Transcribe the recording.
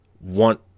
want